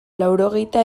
laurogeita